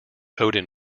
odin